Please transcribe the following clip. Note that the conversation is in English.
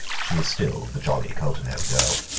she is still the jolly coulterneb girl.